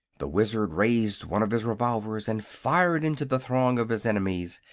the wizard raised one of his revolvers and fired into the throng of his enemies,